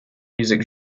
music